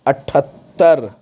اٹھہتر